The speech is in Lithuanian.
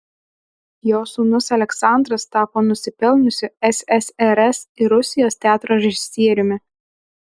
jo sūnus aleksandras tapo nusipelniusiu ssrs ir rusijos teatro režisieriumi